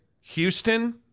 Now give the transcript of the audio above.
Houston